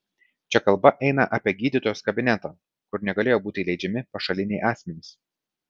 čia kalba eina apie gydytojos kabinetą kur negalėjo būti įleidžiami pašaliniai asmenys